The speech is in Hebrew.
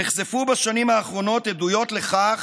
נחשפו בשנים האחרונות עדויות לכך